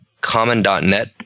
common.NET